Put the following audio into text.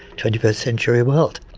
twentieth century world.